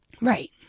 Right